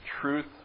Truth